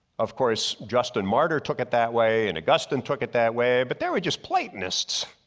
of course, justin martyr took it that way and agustin took it that way but there were just platonist.